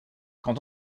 quand